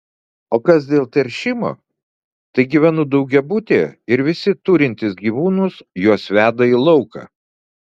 o kas dėl teršimo tai gyvenu daugiabutyje ir visi turintys gyvūnus juos veda į lauką